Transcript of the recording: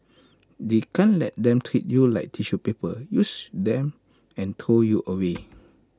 you can't let them treat you like tissue paper use then throw you away